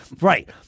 right